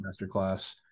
masterclass